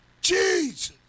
Jesus